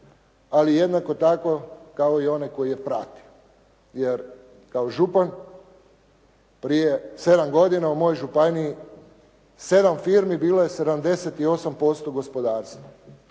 ali jednako tako kao i onaj koji je pratio. Jer kao župan prije 7 godina u mojoj županiji 7 firmi bilo je 78% gospodarstva.